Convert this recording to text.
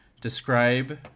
describe